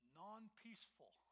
non-peaceful